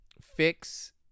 fix